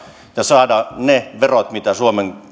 ja saada ne verot mitä suomen